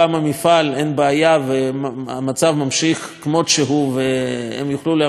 בעיה והמצב ממשיך כמות שהוא והם יוכלו להמשיך כך לנצח,